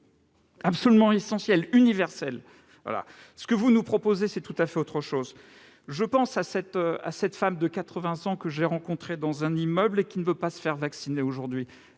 ! Et c'est très bien ! Ce que vous nous proposez, c'est tout à fait autre chose. Je pense à cette femme de 80 ans que j'ai rencontrée dans un immeuble et qui ne veut pas se faire vacciner.